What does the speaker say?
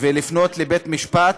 ולפנות לבית-משפט,